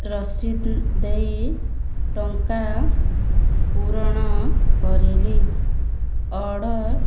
ରସି ଦେଇ ଟଙ୍କା ପୂରଣ କରିଲି ଅର୍ଡ଼ର୍